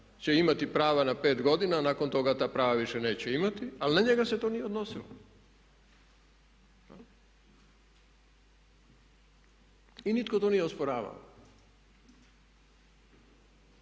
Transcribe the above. će imati pravo na 5 godina a nakon toga ta prava više neće imati ali na njega se to nije odnosilo i nitko to nije osporavao.